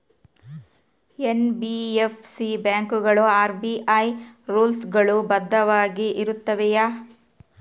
NBFC ಬ್ಯಾಂಕುಗಳು RBI rules ಗಳು ಬದ್ಧವಾಗಿ ಇರುತ್ತವೆಯ?